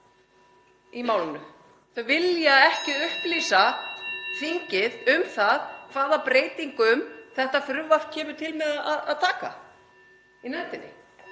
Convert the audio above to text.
hringir.) Þau vilja ekki upplýsa þingið um það hvaða breytingum þetta frumvarp kemur til með að taka í nefndinni.